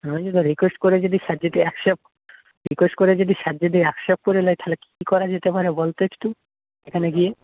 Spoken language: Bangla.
হ্যাঁ যদি রিকোয়েস্ট করে যদি স্যার যদি আ্যকসেপ্ট রিকোয়েস্ট করে যদি স্যার যদি আ্যকসেপ্ট করে নেয় তাহলে কি করা যেতে পারে বলতো একটু এখানে গিয়ে